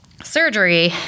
Surgery